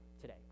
today